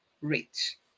Rich